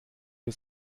wir